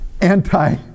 anti